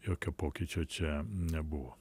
jokio pokyčio čia nebuvo